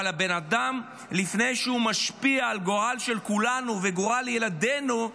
אבל לפני שבן אדם משפיע על הגורל של כולנו וגורל ילדינו,